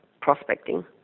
prospecting